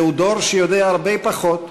זהו דור שיודע הרבה פחות,